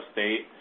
State